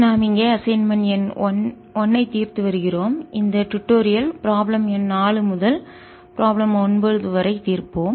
நாம் இங்கே அசைன்மென்ட் எண் 1 ஐ தீர்த்து வருகிறோம் இந்த டுடோரியல் ப்ராப்ளம் எண் 4 முதல் ப்ராப்ளம் 9 வரை தீர்ப்போம்